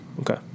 Okay